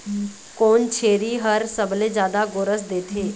कोन छेरी हर सबले जादा गोरस देथे?